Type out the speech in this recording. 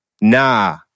nah